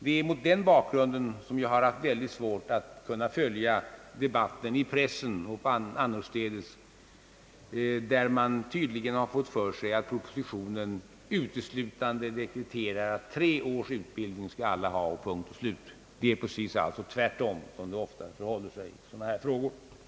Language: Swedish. Det är mot denna bakgrund som jag har svårt att följa debatten i pressen och annorstädes, där man tydligen har fått för sig att propositionen uteslutande dekreterar att alla skall ha tre års utbildning, punkt och slut. Det är, som det ofta förhåller sig i sådana här frågor, alldeles tvärtom.